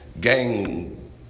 gang